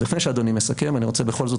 אז לפני שאדוני מסכם אני רוצה בכל זאת